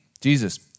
Jesus